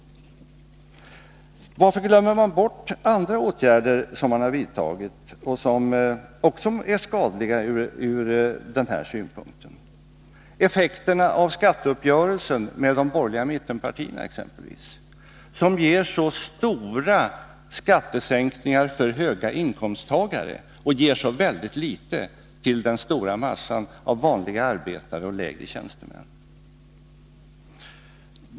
Onsdagen den Varför glömmer man bort andra åtgärder som man har vidtagit och som 15 december 1982 också är skadliga ur den här synpunkten? Det handlar bl.a. om effekten av skatteuppgörelsen med de borgerliga mittenpartierna, som ger så stora skattesänkningar för höginkomsttagare och så väldigt litet till den stora massan av vanliga arbetare och lägre tjänstemän.